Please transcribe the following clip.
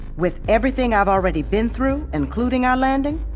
with everything i've already been through, including our landing,